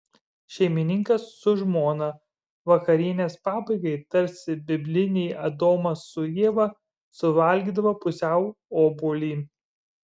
šeimininkas su žmona vakarienės pabaigai tarsi bibliniai adomas su ieva suvalgydavo pusiau obuolį